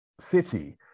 city